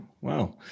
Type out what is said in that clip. Wow